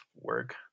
work